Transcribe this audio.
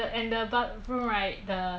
离那个 airport 还蛮近的